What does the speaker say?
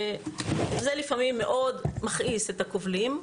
זה לפעמים מכעיס מאוד את הקובלים,